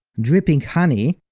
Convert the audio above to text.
dripping honey,